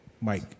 Mike